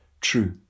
true